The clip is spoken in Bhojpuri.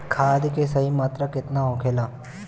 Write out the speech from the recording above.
खाद्य के सही मात्रा केतना होखेला?